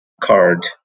card